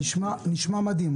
נשמע מדהים.